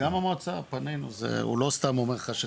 גם המועצה פנינו, הוא לא סתם אומר לך שצריך.